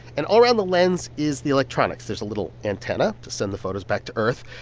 and all around the lens is the electronics. there's a little antenna to send the photos back to earth,